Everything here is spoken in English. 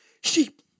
sheep